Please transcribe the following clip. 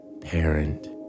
parent